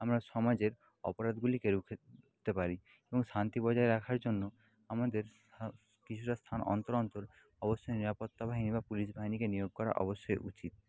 আমরা সমাজের অপরাধগুলিকে রুখে দিতে পারি এবং শান্তি বজায় রাখার জন্য আমাদের কিছুটা স্থান অন্তর অন্তর অবশ্যই নিরাপত্তা বাহিনী বা পুলিশ বাহিনীকে নিয়োগ করা অবশ্যই উচিত